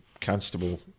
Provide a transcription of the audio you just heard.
constable